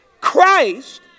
Christ